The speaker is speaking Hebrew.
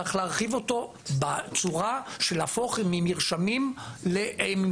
צריך להרחיב אותו בצורה של להפוך ממרשמים למשטר